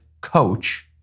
Coach